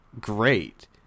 great